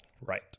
Right